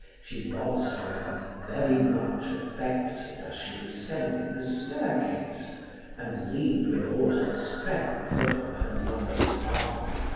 she was, however, very much affected as she descended the staircase and leaned with all her strength upon her lover's arm.